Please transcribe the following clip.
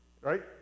Right